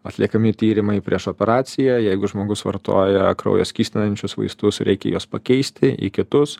atliekami tyrimai prieš operaciją jeigu žmogus vartoja kraują skystinančius vaistus reikia juos pakeisti į kitus